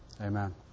amen